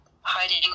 hiding